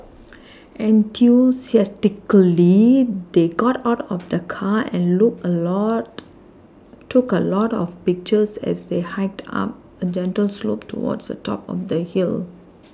enthusiastically they got out of the car and look a lot took a lot of pictures as they hiked up a gentle slope towards the top of the hill